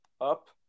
up